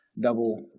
double